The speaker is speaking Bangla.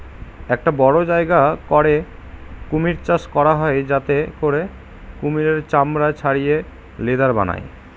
একটা বড়ো জায়গা করে কুমির চাষ করা হয় যাতে করে কুমিরের চামড়া ছাড়িয়ে লেদার বানায়